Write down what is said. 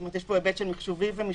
יש פה היבט מחשובי ומשפטי.